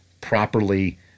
properly